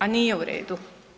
A nije u redu.